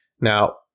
Now